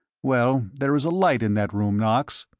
well, there is a light in that room, knox.